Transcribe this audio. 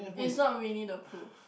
it's not Winnie-the-Pooh